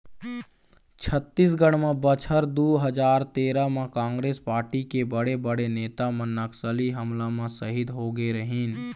छत्तीसगढ़ म बछर दू हजार तेरा म कांग्रेस पारटी के बड़े बड़े नेता मन नक्सली हमला म सहीद होगे रहिन